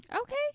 Okay